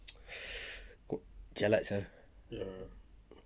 jialat sia